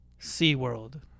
SeaWorld